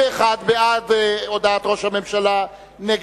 הודעת ראש הממשלה נתקבלה.